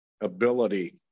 ability